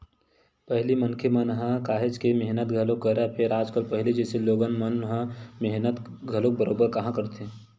पहिली मनखे मन ह काहेच के मेहनत घलोक करय, फेर आजकल पहिली जइसे लोगन मन ह मेहनत घलोक बरोबर काँहा करथे